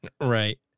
Right